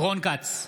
רון כץ,